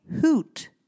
hoot